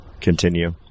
continue